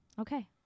Okay